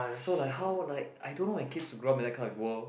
so like how like I don't know my kids to grow up in that kind of world